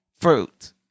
fruit